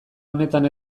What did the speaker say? honetan